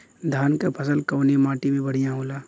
धान क फसल कवने माटी में बढ़ियां होला?